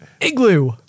Igloo